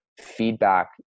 feedback